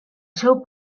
seu